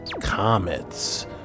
Comets